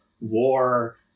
war